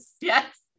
yes